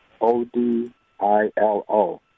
O-D-I-L-O